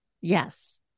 Yes